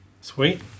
Sweet